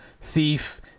Thief